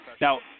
Now